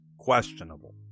Questionable